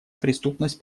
преступность